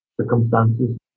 circumstances